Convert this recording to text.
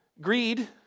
Greed